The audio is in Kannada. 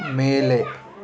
ಮೇಲೆ